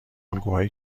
الگوهای